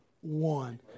one